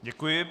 Děkuji.